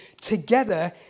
together